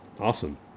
Awesome